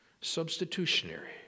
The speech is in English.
Substitutionary